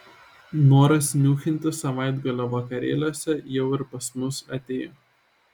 noras niūchinti savaitgalio vakarėliuose jau ir pas mus atėjo